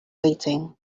weighting